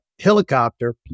helicopter